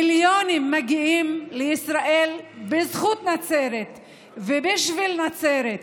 מיליונים מגיעים לישראל בזכות נצרת ובשביל נצרת.